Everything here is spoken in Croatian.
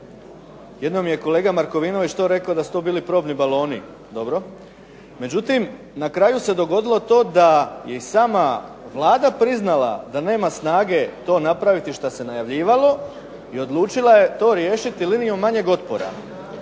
Jednom je kolega Markovinović to rekao da su to bili probni baloni. Dobro. Međutim na kraju se dogodilo to da i sama Vlada priznala da nema snage to napraviti šta se najavljivalo, i odlučila je to riješiti linijom manjeg otpora.